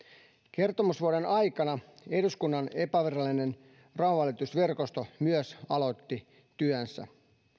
kertomusvuoden aikana eduskunnan epävirallinen rauhanvälitysverkosto myös aloitti työnsä